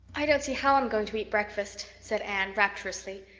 i don't see how i'm going to eat breakfast, said anne rapturously.